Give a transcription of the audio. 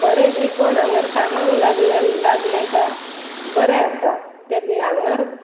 बरें शिकून हांगर कामाक लागले लागलें काय बरें जा ते हांगर